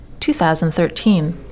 2013